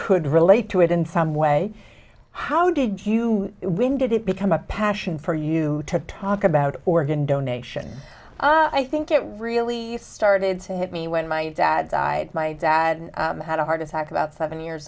could relate to it in some way how did you when did it become a passion for you to talk about organ donation i think it really started to hit me when my dad died my dad had a heart attack about seven years